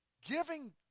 Giving